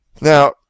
Now